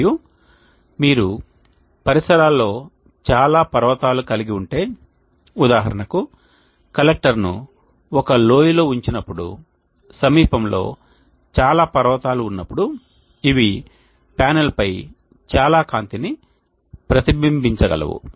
మరియు మీరు పరిసరాల్లో చాలా పర్వతాలు కలిగి ఉంటే ఉదాహరణకు కలెక్టర్ను ఒక లోయలో ఉంచినప్జుడు సమీపంలో చాలా పర్వతాలు ఉన్నపుడు ఇవి ప్యానెల్పై చాలా కాంతిని ప్రతిబింబించగలవు